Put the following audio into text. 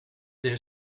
their